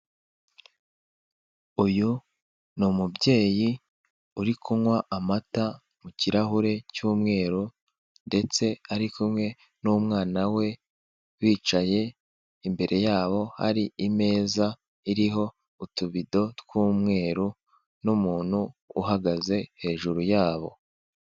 Uyu ni umubyeyi, uri kunywa amata mu kirahure cy'umweru, ndetse ari kumwe n'umwana we, bicaye, imbereye yabo hari imeza iriho utubido tw'umweru n'umuntu uhagaze hejuru yabo.